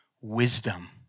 wisdom